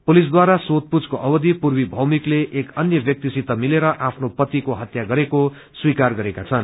पुलिसद्वारा सोधपूछ्को अवधि पूर्वी भौमिकले एक अन्य व्यक्तिसित मिलेर आफ्नो पतिको हत्या गरेको स्वीकार गरेकी छिन्